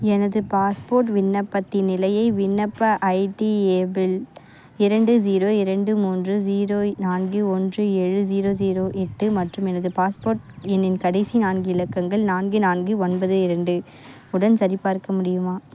எனது பாஸ்போர்ட் விண்ணப்பத்தின் நிலையை விண்ணப்ப ஐடி ஏபில் இரண்டு ஜீரோ இரண்டு மூன்று ஜீரோ நான்கு ஒன்று ஏழு ஜீரோ ஜீரோ எட்டு மற்றும் எனது பாஸ்போர்ட் எண்ணின் கடைசி நான்கு இலக்கங்கள் நான்கு நான்கு ஒன்பது இரண்டு உடன் சரிபார்க்க முடியுமா